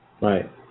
Right